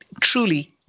truly